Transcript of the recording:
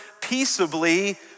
peaceably